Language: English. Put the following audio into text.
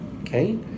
okay